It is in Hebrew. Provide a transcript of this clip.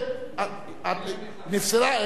אין שינוי בהחלטה.